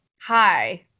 hi